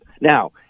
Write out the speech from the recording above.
Now